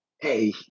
Hey